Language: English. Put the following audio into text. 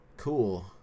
cool